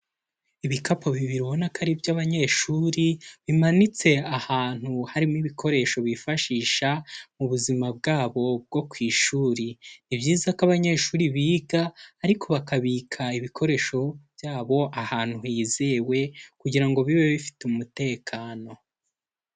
Ibikapu bibiri ubona ko ari iby'abanyeshuri bimanitse ahantu harimo ibikoresho bifashisha mu buzima bwabo bwo ku ishuri, ni byiza ko abanyeshuri biga ariko bakabika ibikoresho byabo ahantu hizewe kugira ngo bibe bifite umutekano.